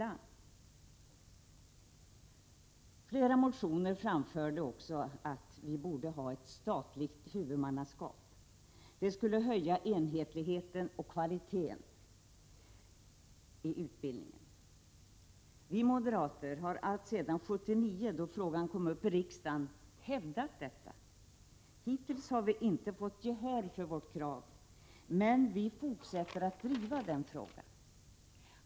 I flera motioner anfördes också att vi borde ha ett statligt huvudmannaskap. Det skulle förbättra enhetligheten och kvaliteten i utbildningen. Vi moderater har alltsedan 1979, då frågan kom upp i riksdagen, hävdat detta. Hittills har vi inte fått gehör för vårt krav, men vi fortsätter att driva denna fråga.